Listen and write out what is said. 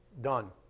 Done